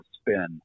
spin